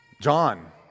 John